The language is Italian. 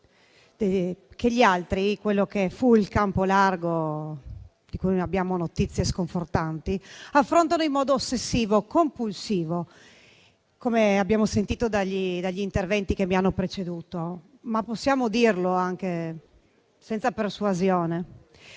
che gli altri (quello che fu il campo largo, di cui abbiamo notizie sconfortanti) affrontano in modo ossessivo-compulsivo, come abbiamo sentito dagli interventi che mi hanno preceduto. Tuttavia possiamo dire anche senza persuasione